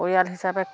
পৰিয়াল হিচাপে